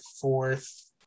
fourth